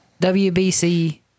WBC